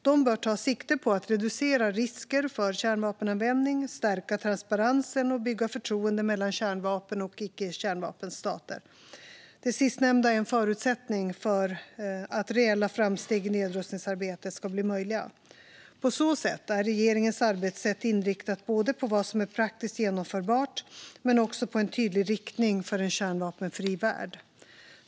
Dessa bör ta sikte på att reducera risker för kärnvapenanvändning, stärka transparensen och bygga förtroende mellan kärnvapen och icke-kärnvapenstater. Det sistnämnda är en förutsättning för att reella framsteg i nedrustningsarbetet ska bli möjliga. På så sätt är regeringens arbetssätt inriktat på vad som är praktiskt genomförbart men också på en tydlig riktning för en kärnvapenfri värld.